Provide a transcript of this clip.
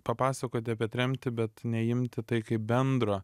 papasakoti apie tremtį bet neimti tai kaip bendro